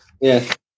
Yes